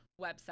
website